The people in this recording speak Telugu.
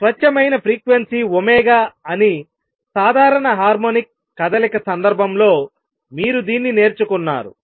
స్వచ్ఛమైన ఫ్రీక్వెన్సీ అని సాధారణ హార్మోనిక్ కదలిక సందర్భంలో మీరు దీన్ని నేర్చుకున్నారు